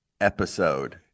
episode